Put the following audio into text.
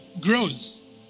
grows